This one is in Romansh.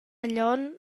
glion